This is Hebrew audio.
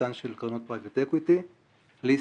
בכניסתן של קרנות פרייבט אקוויטי לישראל.